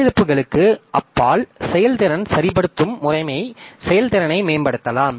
செயலிழப்புகளுக்கு அப்பால் செயல்திறன் சரிப்படுத்தும் முறைமை செயல்திறனை மேம்படுத்தலாம்